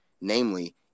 Namely